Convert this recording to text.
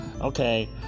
okay